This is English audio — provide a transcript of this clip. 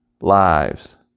lives